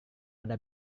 ada